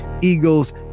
Eagles